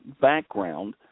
background